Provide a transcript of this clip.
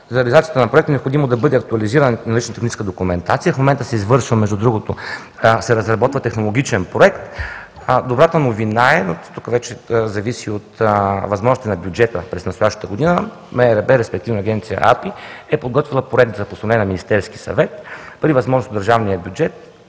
За реализацията на проекта е необходимо да бъде актуализирана наличната техническа документация. В момента се разработва технологичен проект. Добрата новина е, тук вече зависи от възможностите на бюджета през настоящата година, МРРБ, респективно Агенция АПИ е подготвила проект за постановление на Министерския съвет, при възможност в държавния бюджет